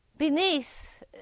Beneath